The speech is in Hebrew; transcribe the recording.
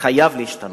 חייב להשתנות.